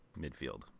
midfield